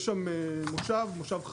יש שם מושב, מושב חזון.